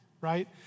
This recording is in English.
right